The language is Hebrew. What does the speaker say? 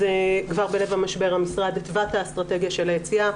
כבר בלב המשבר המשרד התווה את האסטרטגיה של היציאה.